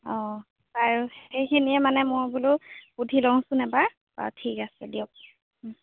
অঁ প্ৰায় আৰু সেইখিনিয়ে মানে মই বোলো সুধি লওঁচোন এবাৰ বাৰু ঠিক আছে দিয়ক